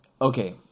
okay